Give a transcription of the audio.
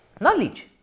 knowledge